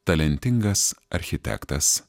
talentingas architektas